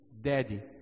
Daddy